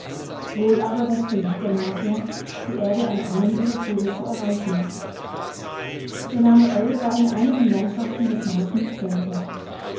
wohl aber das projekt der martier die erde an einem ihrer pole zu erreichen der name ell war in einigen landschaften des mars nicht selten